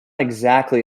exactly